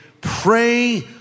Pray